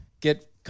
get